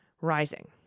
rising